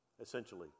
essentially